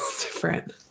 different